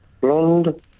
Blonde